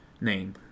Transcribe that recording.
name